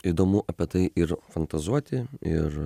įdomu apie tai ir fantazuoti ir